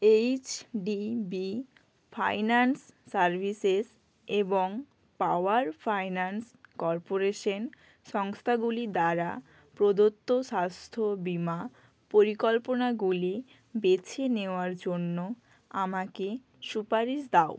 H D B finance services এবং power finance corporation সংস্থাগুলি দ্বারা প্রদত্ত স্বাস্থ্য বীমা পরিকল্পনাগুলি বেছে নেওয়ার জন্য আমাকে সুপারিশ দাও